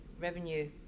revenue